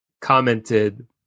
commented